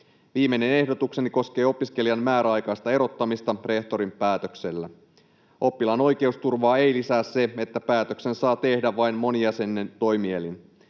Viimeinen ehdotukseni koskee opiskelijan määräaikaista erottamista rehtorin päätöksellä. Oppilaan oikeusturvaa ei lisää se, että päätöksen saa tehdä vain monijäseninen toimi-elin.